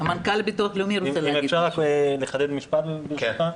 אם אפשר לחדד משפט, ברשותך.